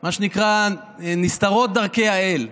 מה שנקרא, נסתרות דרכי האל.